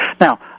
Now